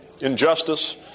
injustice